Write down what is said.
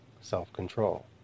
self-control